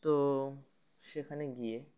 তো সেখানে গিয়ে